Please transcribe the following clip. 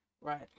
Right